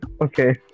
Okay